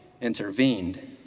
intervened